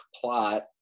plot